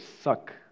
suck